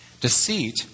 Deceit